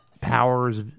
powers